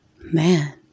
man